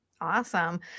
Awesome